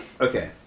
Okay